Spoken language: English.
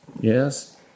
yes